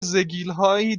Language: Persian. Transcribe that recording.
زگیلهایی